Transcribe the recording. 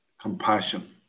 compassion